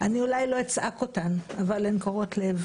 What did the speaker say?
אני אולי לא אצעק אותן, אבל הן קורעות לב.